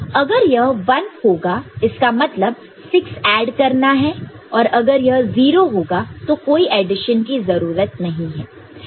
अगर यह 1 होगा इसका मतलब 6 ऐड करना और अगर यह 0 होगा तो कोई एडिशन की जरूरत नहीं है